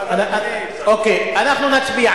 אוקיי, אנחנו נצביע.